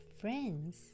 friends